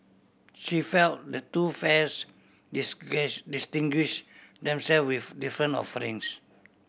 she felt the two fairs distinguish themself with different offerings